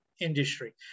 industry